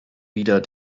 wieder